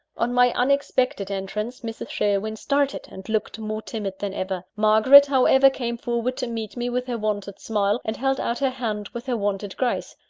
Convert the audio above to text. on my unexpected entrance, mrs. sherwin started, and looked more timid than ever. margaret, however, came forward to meet me with her wonted smile, and held out her hand with her wonted grace.